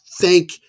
thank